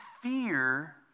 fear